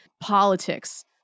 politics